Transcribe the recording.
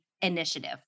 Initiative